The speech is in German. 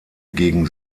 gegen